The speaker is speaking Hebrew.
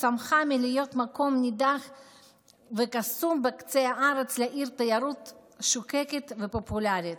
שצמחה מלהיות מקום נידח וקסום בקצה הארץ לעיר תיירות שוקקת ופופולרית.